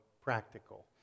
practical